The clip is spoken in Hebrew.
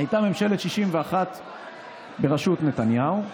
הייתה ממשלת 61 בראשות נתניהו,